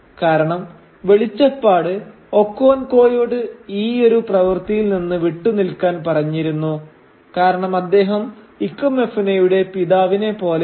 കാരണം വെളിച്ചപ്പാട് ഒക്കോൻകോയോട് ഈ ഒരു പ്രവർത്തിയിൽ നിന്ന് വിട്ടുനിൽക്കാൻ പറഞ്ഞിരുന്നു കാരണം അദ്ദേഹം ഇക്കമെഫുനയുടെ പിതാവിനെ പോലെയായിരുന്നു